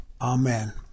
Amen